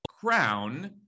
crown